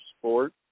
sport